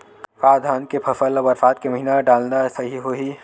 का धान के फसल ल बरसात के महिना डालना सही होही?